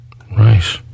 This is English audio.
Right